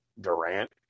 Durant